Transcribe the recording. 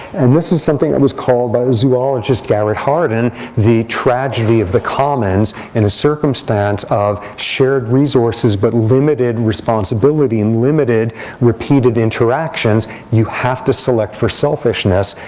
and this is something that was called by a zoologist garret hardin the tragedy of the commons, and the circumstance of shared resources but limited responsibility, and limited repeated interactions. you have to select for selfishness.